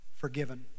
forgiven